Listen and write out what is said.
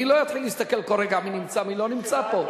אני לא אתחיל להסתכל כל רגע מי נמצא ומי לא נמצא פה.